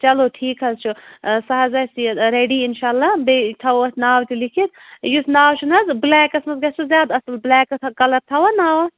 چلو ٹھیٖک حظ چھُ سُہ حظ آسہِ یہِ ریڈی اِنشاء اللہ بیٚیہِ تھاوَو اَتھ ناو تہِ لیٖکھِتھ یُس ناو چھُنہٕ حظ بُلیکَس منٛز گژھِ سُہ زیادٕ اَصٕل بُلیکَس کَلَر تھاوَو ناو